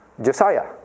Josiah